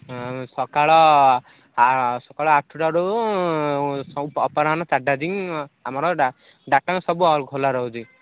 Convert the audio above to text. ସକାଳ ଆଠଟାରୁ ଅପରାହ୍ନ ଚାରିଟା ଆମର ଡାକ୍ତରଖାନା ସବୁ ଖୋଲା ରହୁଛି